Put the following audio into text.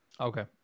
Okay